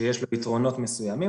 שיש לו פתרונות מסוימים,